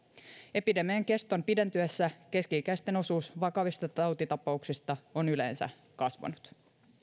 epidemian keston pidentyessä keski ikäisten osuus vakavista tautitapauksista on yleensä kasvanut